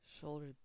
Shoulder